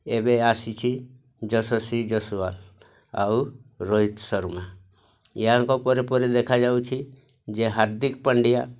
ଏବେ ଆସିଛି ଯଶଶ୍ରୀ ଯଶୱାଲ ଆଉ ରୋହିତ ଶର୍ମା ଏହାଙ୍କ ପରେ ପରେ ଦେଖାଯାଉଛି ଯେ ହାର୍ଦ୍ଧିକ ପାଣ୍ଡିଆ